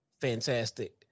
fantastic